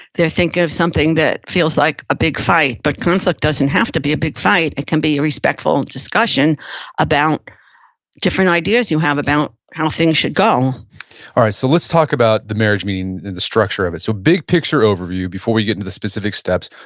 they're thinking of something that feels like a big fight. but conflict doesn't have to be a big fight. it can be a respectful discussion about different ideas you have about how things should go alright, so let's talk about the marriage meeting and the structure of it. so big picture overview, before we get into the specific steps,